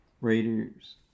Raiders